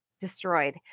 destroyed